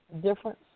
difference